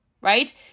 right